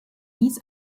dies